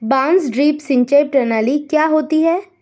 बांस ड्रिप सिंचाई प्रणाली क्या होती है?